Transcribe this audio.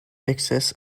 excess